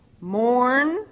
Mourn